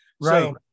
right